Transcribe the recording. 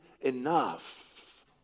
enough